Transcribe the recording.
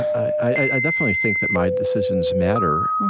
i definitely think that my decisions matter.